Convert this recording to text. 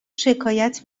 شکایت